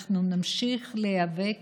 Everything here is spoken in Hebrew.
אנחנו נמשיך להיאבק